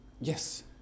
yes